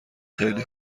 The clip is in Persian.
خیلی